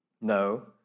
No